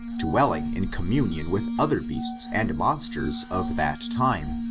dwelling in communion with other beasts and mon sters of that time.